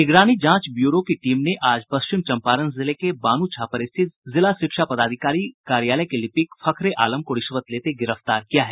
निगरानी जांच ब्यूरो की टीम ने आज पश्चिम चंपारण जिले के बानू छापर स्थित जिला शिक्षा पदाधिकारी कार्यालय के लिपिक फखरे आलम को रिश्वत लेते गिरफ्तार किया है